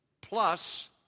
plus